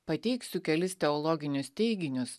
pateiksiu kelis teologinius teiginius